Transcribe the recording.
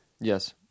Yes